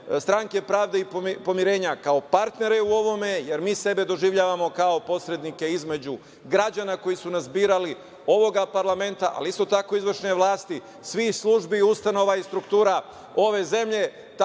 stranke pravde i pomirenja kao partnere u ovome, jer mi sebe doživljavamo kao posrednike između građana koji su nas birali, ovoga parlamenta, ali isto tako i izvršne vlasti, svih službi, ustanova i struktura ove zemlje,